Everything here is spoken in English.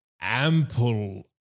ample